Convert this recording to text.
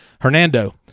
Hernando